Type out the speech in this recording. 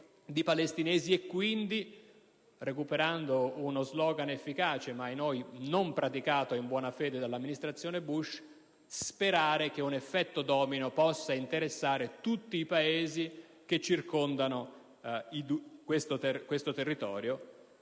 Quindi, recuperando uno *slogan* efficace ma - ahinoi - non praticato in buona fede dell'Amministrazione Bush, occorre sperare che un effetto domino possa interessare tutti i Paesi che circondano questo territorio: